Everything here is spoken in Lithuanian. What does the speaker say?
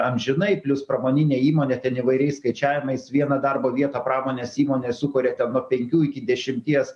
amžinai plius pramoninė įmonė ten įvairiais skaičiavimais vieną darbo vietą pramonės įmonė sukuria ten nuo penkių iki dešimties